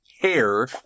hair